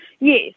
Yes